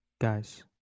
Guys